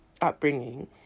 upbringing